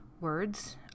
words